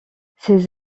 ses